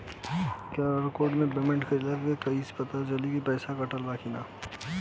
QR code से payment कईला के बाद कईसे पता चली की पैसा कटल की ना?